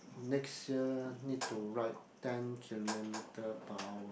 next year need to ride ten kilometer per hour